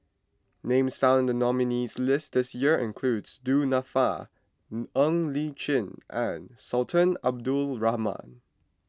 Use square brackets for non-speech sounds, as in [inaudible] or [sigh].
names found in the nominees' list this year includes Du Nanfa [hesitation] Ng Li Chin and Sultan Abdul Rahman